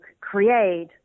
create